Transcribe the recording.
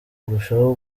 kurushaho